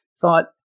thought